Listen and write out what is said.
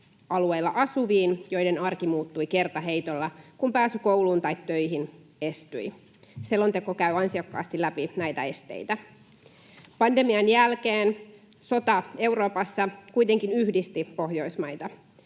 raja-alueilla asuviin, joiden arki muuttui kertaheitolla, kun pääsy kouluun tai töihin estyi. Selonteko käy ansiokkaasti läpi näitä esteitä. Pandemian jälkeen sota Euroopassa kuitenkin yhdisti Pohjoismaita.